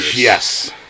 Yes